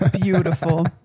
beautiful